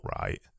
right